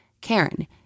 Karen